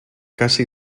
casi